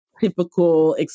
typical